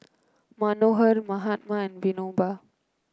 Manohar Mahatma and Vinoba